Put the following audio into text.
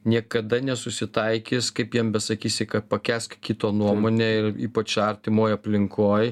niekada nesusitaikys kaip jam besakysi kad pakęsk kito nuomonę ir ypač artimoj aplinkoj